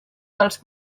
dels